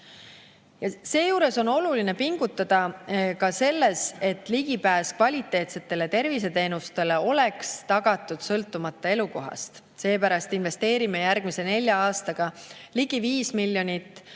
Seejuures on oluline pingutada ka selles, et ligipääs kvaliteetsetele terviseteenustele oleks tagatud, sõltumata elukohast. Seepärast investeerime järgmise nelja aastaga ligi 5 miljonit